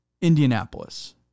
Indianapolis